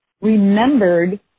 remembered